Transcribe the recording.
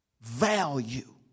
value